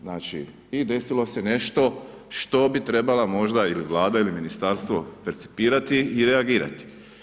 Znači i desilo se nešto što bi trebala možda ili Vlada ili ministarstvo percipirati i reagirati.